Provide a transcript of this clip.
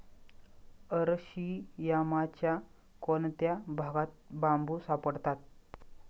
अरशियामाच्या कोणत्या भागात बांबू सापडतात?